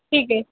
ठीक है